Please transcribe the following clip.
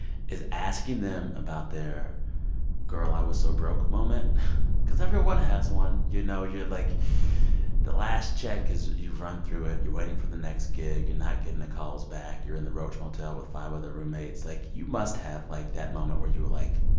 is asking them about their girl-i-was-so-broke moment cause everyone has one. you know, you're like the last check is you've run through it. you're waiting for the next gig. you're and not getting the calls back. you're in the roach motel with five other roommates. like, you must have, like, that moment where you were like,